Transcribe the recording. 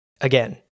Again